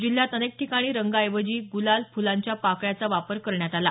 जिल्ह्यात अनेक ठिकाणी रंगाऐवजी गुलाल फुलांच्या पाकळ्याचा वापर करण्यात आला